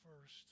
first